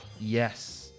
Yes